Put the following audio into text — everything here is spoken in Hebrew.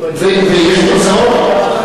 ויש תוצאות?